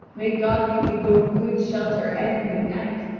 may god give you both good shelter and good night,